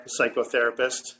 psychotherapist